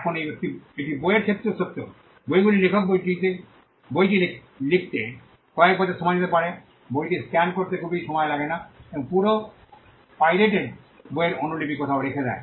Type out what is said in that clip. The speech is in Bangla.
এখন এটি বইয়ের ক্ষেত্রেও সত্য বইগুলি লেখক বইটি লেখতে কয়েক বছর সময় নিতে পারে বইটি স্ক্যান করতে খুব বেশি লাগে না এবং পুরো পাইরেটেড বইয়ের অনুলিপি কোথাও রেখে দেয়